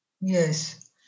Yes